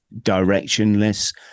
directionless